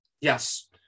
Yes